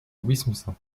wisconsin